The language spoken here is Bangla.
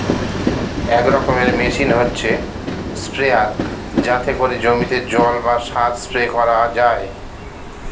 এক রকমের মেশিন হচ্ছে স্প্রেয়ার যাতে করে জমিতে জল বা সার স্প্রে করা যায়